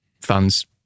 fans